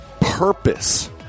purpose